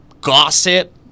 gossip